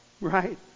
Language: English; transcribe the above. Right